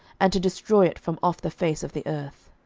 and to destroy it from off the face of the earth.